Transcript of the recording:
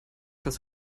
das